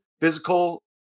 physical